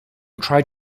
tried